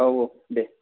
औ औ दे